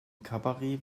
kabarett